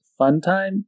Funtime